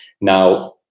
Now